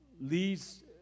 leads